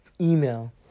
email